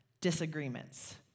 disagreements